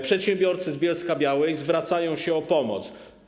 Przedsiębiorcy z Bielska-Białej zwracają się o pomoc.